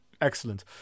Excellent